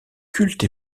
culte